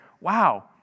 wow